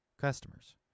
customers